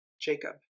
Jacob